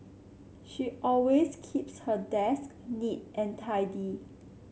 she always keeps her desk neat and tidy